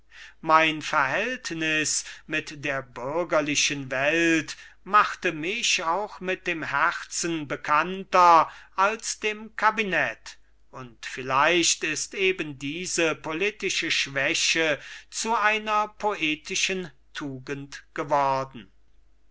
mein verhältnis mit der bürgerlichen welt machte mich auch mit dem herzen bekannter als dem kabinett und vielleicht ist eben diese politische schwäche zu einer poetischen tugend geworden